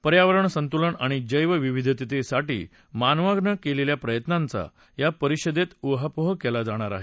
पर्यावरण संतुलन आणि जैवविविधतेसाठी मानवानं केलेल्या प्रयत्नांचा या परिषदेत उहापोह केला जाणार आहे